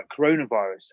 coronavirus